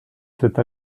cette